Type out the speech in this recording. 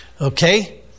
Okay